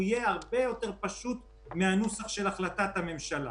והוא יהיה הרבה יותר פשוט מהנוסח של החלטת הממשלה.